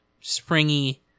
springy